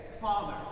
Father